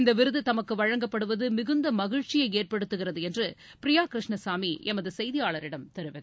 இந்த விருது தமக்கு வழங்கப்படுவது மிகுந்த மகிழ்ச்சியை ஏற்படுத்துகிறது என்று பிரியா கிருஷ்ணசாமி எமது செய்தியாளரிடம் தெரிவித்தார்